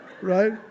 right